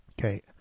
Okay